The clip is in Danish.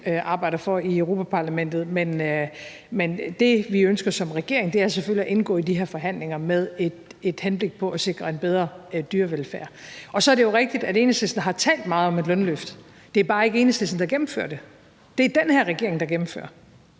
arbejder for i Europa-Parlamentet, men det, vi ønsker som regering, er selvfølgelig at indgå i de her forhandlinger med henblik på at sikre en bedre dyrevelfærd. Så er det jo rigtigt, at Enhedslisten har talt meget om et lønløft. Det er bare ikke Enhedslisten, der gennemfører det. Det er den her regering, der gennemfører